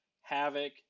Havoc